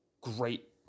great